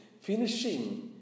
Finishing